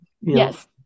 Yes